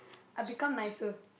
I become nicer